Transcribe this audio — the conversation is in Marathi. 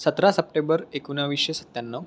सतरा सप्टेबर एकोणावीसशे सत्त्याण्णव